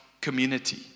community